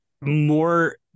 more